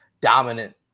dominant